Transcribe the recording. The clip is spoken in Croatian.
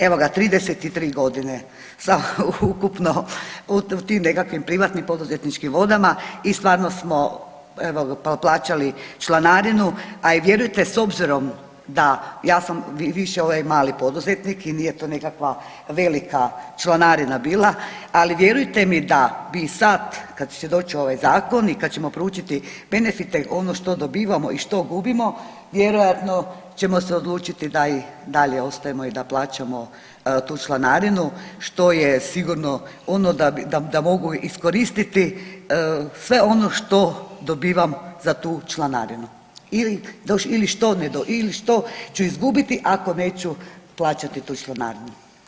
Evo 33 godine sa ukupno u tim nekakvim privatnim poduzetničkim vodama i stvarno smo evo plaćali članarinu, a i vjerujte s obzirom da ja sam više ovaj mali poduzetnik i nije to nekakva velika članarina bila ali vjerujte mi da bi sad kad će doći ovaj zakon i kad ćemo proučiti benefite ono što dobivamo i ono što gubimo vjerojatno ćemo se odlučiti da i dalje ostajemo i da plaćamo tu članarinu što je sigurno ono da mogu iskoristiti sve ono što dobivam za tu članarinu ili što ću izgubiti ako neću plaćati tu članarinu.